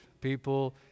people